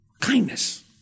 Kindness